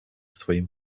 swoim